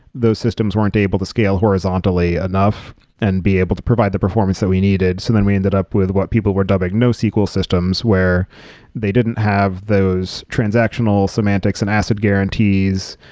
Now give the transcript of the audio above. those systems weren't able to scale horizontally enough and be able to provide the performance that we needed. so and we ended up with what people were dubbing nosql systems, where they didn't have those transactional semantics and acid guarantees.